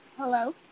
Hello